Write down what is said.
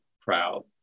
proud